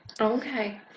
Okay